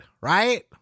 Right